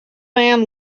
man